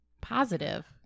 Positive